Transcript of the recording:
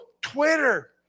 Twitter